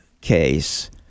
case